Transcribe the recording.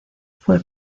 fue